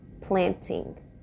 planting